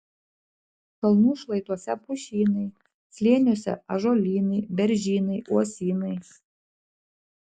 kalnų šlaituose pušynai slėniuose ąžuolynai beržynai uosynai